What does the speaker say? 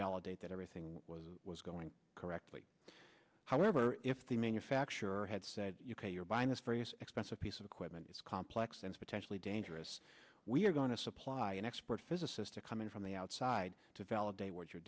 validate that everything was going correctly however if the manufacturer had said you're buying this various expensive piece of equipment is complex and potentially dangerous we are going to supply an expert physicist to come in from the outside to validate what you're